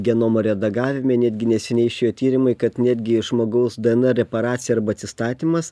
genomo redagavime netgi neseniai išėjo tyrimai kad netgi žmogaus dnr reparacija arba atsistatymas